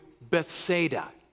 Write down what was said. Bethsaida